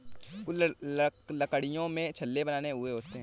कुछ लकड़ियों में छल्ले बने हुए होते हैं